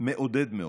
מעודד מאוד.